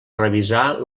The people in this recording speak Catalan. revisar